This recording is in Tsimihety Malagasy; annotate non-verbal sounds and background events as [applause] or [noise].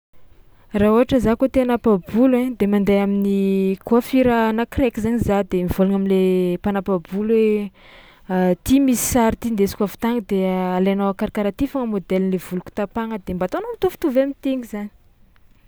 Raha ôhatra za kôa te hanapa-bolo ai de mandeha amin'ny coiffure anankiraiky de mivôlagna am'le mpanapa-bolo hoe: [hesitation] ty misy sary ty ndesiko avy tagny de alainao karakaraha ty fao modelin'le voloko tapahana de mba ataonao mitovitovy am'tigny zany.